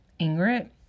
Ingrid